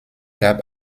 gab